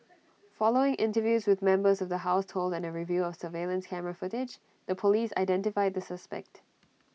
following interviews with members of the household and A review of surveillance camera footage the Police identified the suspect